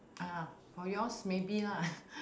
uh for yours maybe lah